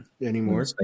Anymore